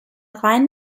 reinen